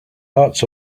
hearts